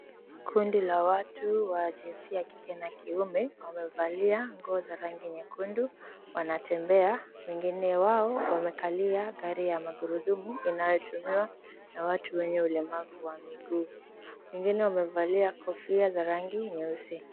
Kundi la watu wa jinsia la kike na kiume, wamevalia nguo za rangi nyekundu wanatembea wengine wao wamekalia gari ya magurudumu inayotumika na watu wenye ulemavu wa miguu. Wengine wamevalia kofia za rangi nyeusi.